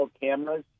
cameras